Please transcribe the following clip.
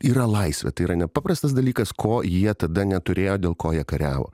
yra laisvė tai yra nepaprastas dalykas ko jie tada neturėjo dėl ko jie kariavo